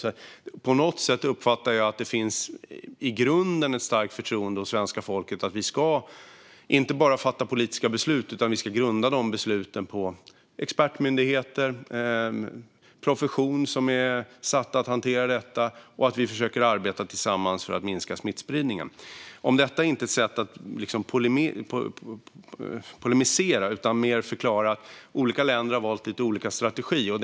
Jag uppfattar alltså att det hos svenska folket finns ett i grunden starkt förtroende för att vi ska fatta politiska beslut, att de besluten ska grundas på expertmyndigheter - den profession som är satt att hantera detta - och att vi försöker arbeta tillsammans för att minska smittspridningen. Detta är inte ett försök att polemisera, utan jag vill förklara att olika länder har valt olika strategier.